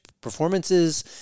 performances